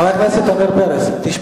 חבר הכנסת עמיר פרץ, אנחנו